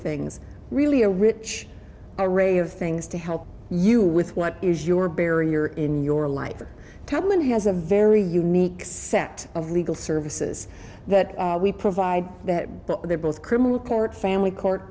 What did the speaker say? things really a rich a ray of things to help you with what is your barrier in your life or tomlin has a very unique set of legal services that we provide that they're both criminal court family court